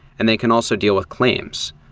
and they can also deal with claims.